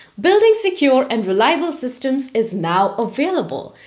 building secure and reliable systems is now available.